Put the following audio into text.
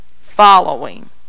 following